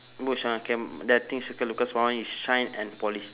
boot shine K that thing circle because my one is shine and polish